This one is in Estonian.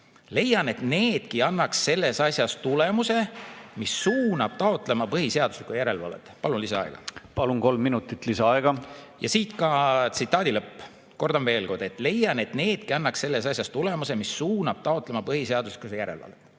Leian, et needki annaks selles asjas tulemuse, mis suunab taotlema põhiseaduslikkuse järelevalvet." Palun lisaaega. Palun, kolm minutit lisaaega! Ja siit ka tsitaadi lõpp, kordan veel kord: "Leian, et needki annaks selles asjas tulemuse, mis suunab taotlema põhiseaduslikkuse järelevalvet."